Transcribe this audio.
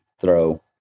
throw